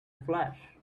flash